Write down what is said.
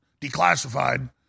declassified